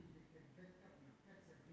mm